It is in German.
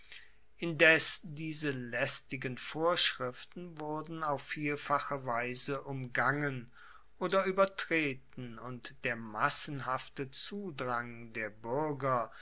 indes diese laestigen vorschriften wurden auf vielfache weise umgangen oder uebertreten und der massenhafte zudrang der buerger